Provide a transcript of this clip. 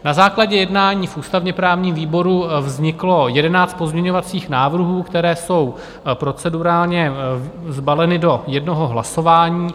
Na základě jednání v ústavněprávním výboru vzniklo jedenáct pozměňovacích návrhů, které jsou procedurálně sbaleny do jednoho hlasování.